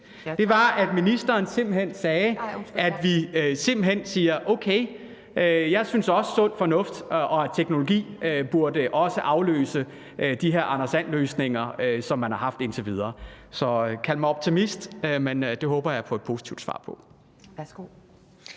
nemlig at ministeren simpelt hen sagde: Okay, jeg synes også, at sund fornuft og teknologi burde afløse de her Anders And-løsninger, som man har haft indtil videre. Så kald mig optimist, men det håber jeg på et positivt svar på.